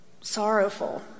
sorrowful